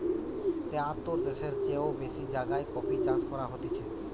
তেয়াত্তর দ্যাশের চেও বেশি জাগায় কফি চাষ করা হতিছে